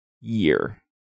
year